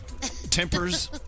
Tempers